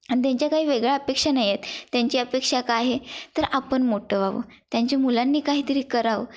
आणि त्यांच्या काही वेगळ्या अपेक्षा नाही आहेत त्यांची अपेक्षा काय आहे तर आपण मोठं व्हावं त्यांच्या मुलांनी काहीतरी करावं